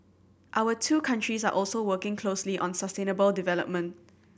our two countries are also working closely on sustainable development